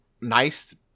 nice